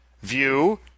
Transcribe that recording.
view